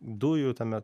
dujų tame